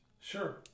Sure